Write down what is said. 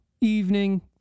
evening